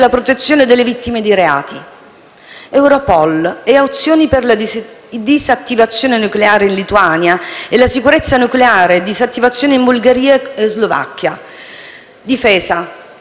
la protezione delle vittime di reati. Europol e azioni per la disattivazione nucleare in Lituania e la sicurezza nucleare e disattivazione in Bulgaria e Slovacchia. Difesa,